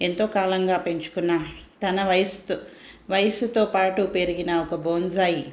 ఎంతో కాలంగా పెంచుకున్న తన వయస్సుతో వయస్సుతో పాటు పెరిగిన ఒక బోన్సాయి